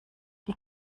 die